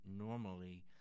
normally